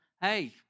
hey